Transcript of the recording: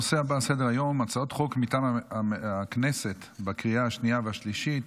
הנושא הבא על סדר-היום הצעות חוק מטעם הכנסת לקריאה השנייה והשלישית.